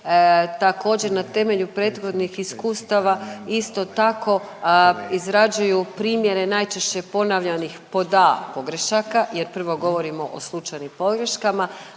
također na temelju prethodnih iskustava, isto tako izrađuju primjere najčešće ponavljanih pod a) pogrešaka jer prvo govorimo o slučajnim pogreškama,